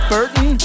Burton